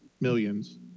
millions